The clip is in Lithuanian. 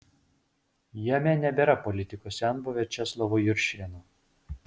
jame nebėra politikos senbuvio česlovo juršėno